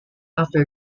after